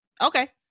okay